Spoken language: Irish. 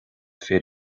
fir